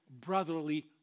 brotherly